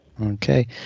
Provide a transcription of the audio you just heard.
Okay